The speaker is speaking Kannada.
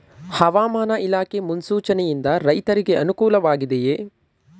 ಹವಾಮಾನ ಇಲಾಖೆ ಮುನ್ಸೂಚನೆ ಯಿಂದ ರೈತರಿಗೆ ಅನುಕೂಲ ವಾಗಿದೆಯೇ?